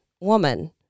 woman